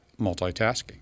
multitasking